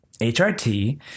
HRT